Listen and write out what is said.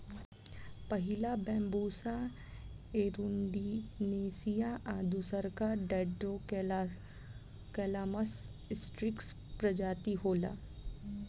पहिला bambusa arundinacea आ दूसरका डेन्ड्रोकैलामस स्ट्रीक्ट्स प्रजाति होला